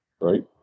Right